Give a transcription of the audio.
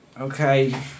Okay